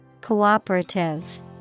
Cooperative